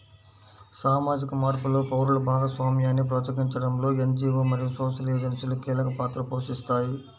సామాజిక మార్పులో పౌరుల భాగస్వామ్యాన్ని ప్రోత్సహించడంలో ఎన్.జీ.వో మరియు సోషల్ ఏజెన్సీలు కీలక పాత్ర పోషిస్తాయి